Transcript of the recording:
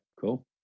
cool